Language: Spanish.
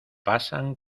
pasan